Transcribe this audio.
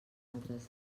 altres